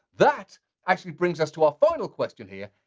that actually brings us to our final question here.